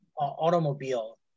automobile